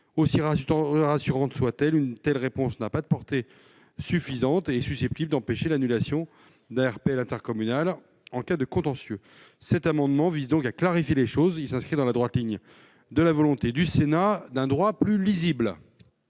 Aussi rassurante soit-elle, une telle réponse n'a pas une portée suffisante pour empêcher l'annulation d'un RPL intercommunal en cas de contentieux. Le présent amendement vise donc à clarifier les choses. Il tend à s'inscrire dans la droite ligne de la volonté du Sénat d'écrire un droit plus lisible.